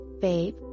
babe